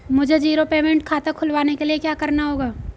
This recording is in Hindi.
मुझे जीरो पेमेंट खाता खुलवाने के लिए क्या करना होगा?